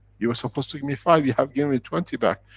you were supposed to give me five, you have given me twenty back.